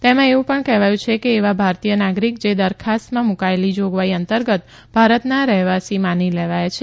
તેમાં એવું ણ કહેવાથું છે કે એવા ભારતીય નાગરિક જે દરખાસ્તમાં મૂકાયેલી જોગવાઇ અંતર્ગત ભારતના રહેવાસીમાની લેવાથા છે